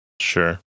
Sure